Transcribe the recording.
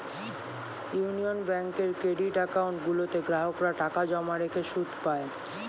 union ব্যাঙ্কের credit account গুলোতে গ্রাহকরা টাকা জমা রেখে সুদ পায়